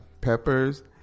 peppers